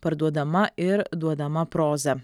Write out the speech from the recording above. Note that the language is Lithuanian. parduodama ir duodama proza